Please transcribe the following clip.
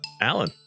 alan